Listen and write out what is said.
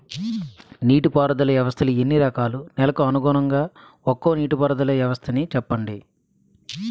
నీటి పారుదల వ్యవస్థలు ఎన్ని రకాలు? నెలకు అనుగుణంగా ఒక్కో నీటిపారుదల వ్వస్థ నీ చెప్పండి?